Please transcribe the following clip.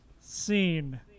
Scene